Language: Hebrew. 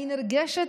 אני נרגשת,